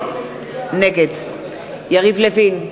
נגד יריב לוין,